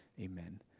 Amen